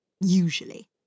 Usually